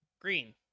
Green